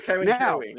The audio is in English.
Now